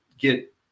get